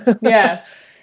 yes